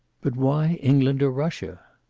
but why england or russia?